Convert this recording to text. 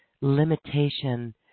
limitation